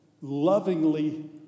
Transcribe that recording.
lovingly